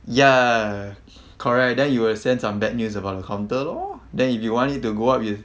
ya correct then you will send some bad news about the counter lor then if you want it to go up you